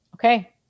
Okay